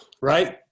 right